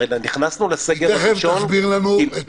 הרי נכנסנו לסגר הראשון כי